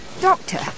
Doctor